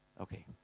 Okay